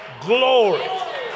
glory